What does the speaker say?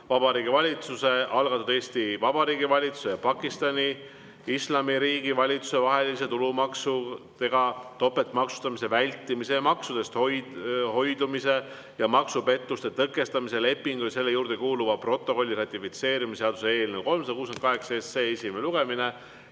Vabariigi Valitsuse algatatud Eesti Vabariigi valitsuse ja Pakistani Islamiriigi valitsuse vahelise tulumaksudega topeltmaksustamise vältimise ning maksudest hoidumise ja maksupettuste tõkestamise lepingu ja selle juurde kuuluva protokolli ratifitseerimise seaduse eelnõu 368 esimene lugemine.